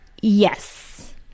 Yes